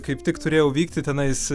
kaip tik turėjau vykti tenais